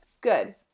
good